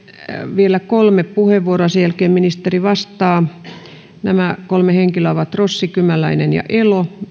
vielä kolme puheenvuoroa ja sen jälkeen ministeri vastaa nämä kolme henkilöä ovat rossi kymäläinen ja elo